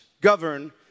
govern